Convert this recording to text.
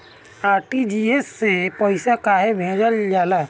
RTGS से पइसा कहे भेजल जाला?